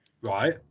right